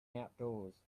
outdoors